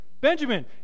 Benjamin